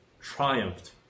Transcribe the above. triumphed